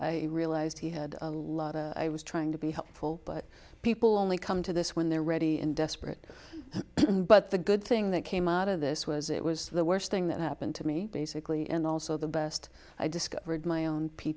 realized he had a lot of i was trying to be helpful but people only come to this when they're ready and desperate but the good thing that came out of this was it was the worst thing that happened to me basically and also the best i discovered my own p